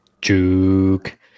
Juke